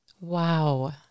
Wow